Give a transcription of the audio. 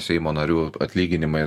seimo narių atlyginimai